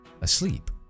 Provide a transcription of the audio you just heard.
asleep